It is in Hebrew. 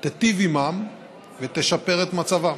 תיטיב עימם ותשפר את מצבם.